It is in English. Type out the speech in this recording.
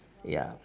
ya